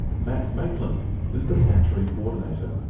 matt maitland is the sanctuary coordinator.